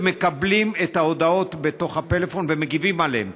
מקבלים את ההודעות בתוך הפלאפון ומגיבים עליהן.